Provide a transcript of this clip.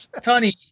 Tony